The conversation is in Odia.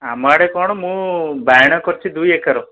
ଆମ ଆଡ଼େ କ'ଣ ମୁଁ ବାଇଗଣ କରିଛି ଦୁଇ ଏକର